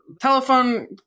telephone